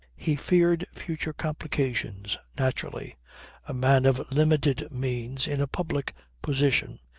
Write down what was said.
he feared future complications naturally a man of limited means, in a public position,